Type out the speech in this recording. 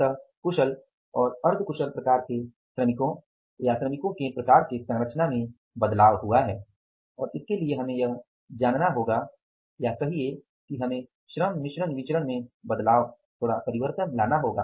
इसलिए कुशल और अर्ध कुशल प्रकार के श्रमिकों या श्रमिकों के प्रकार के संरचना में बदलाव हुआ है और इसके लिए हमें यह जानना होगा या कहिये कि हमें श्रम मिश्रण विचरण में बदलाव थोड़ा परिवर्तन लाना होगा